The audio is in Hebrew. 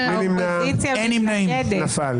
נפל.